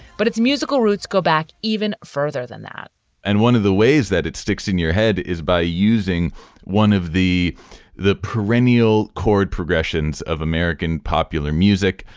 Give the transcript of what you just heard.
but its musical roots go back even further than that and one of the ways that it sticks in your head is by using one of the the perennial chord progressions of american popular music.